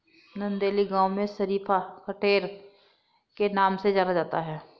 नंदेली गांव में शरीफा कठेर के नाम से जाना जाता है